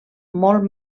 molt